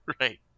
Right